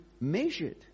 measured